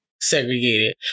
segregated